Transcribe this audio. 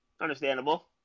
Understandable